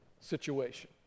situation